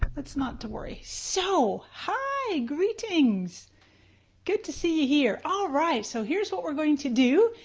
that's not to worry. so, hi, greetings good to see you here. all right, so here's what we're going to do.